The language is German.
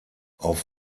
auf